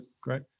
great